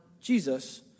Jesus